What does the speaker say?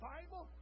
Bible